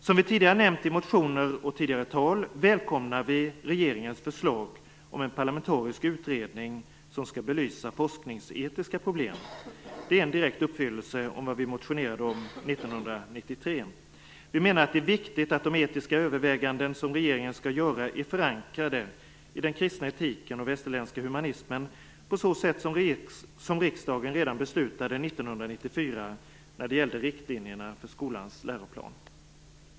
Som vi tidigare nämnt i motion och tidigare anföranden välkomnar vi regeringens förslag om en parlamentarisk utredning som skall belysa forskningsetiska problem. Det är en direkt uppfyllelse av vad vi motionerade om 1993. Vi menar att det är viktigt att de etiska överväganden som regeringen skall göra är förankrade i den kristna etiken och västerländska humanismen, på så sätt som riksdagen redan beslutade 1994 när det gällde riktlinjerna för skolans läroplan.